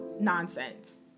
nonsense